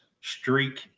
streak